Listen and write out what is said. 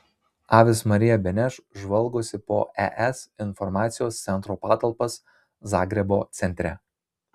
avis marija beneš žvalgosi po es informacijos centro patalpas zagrebo centre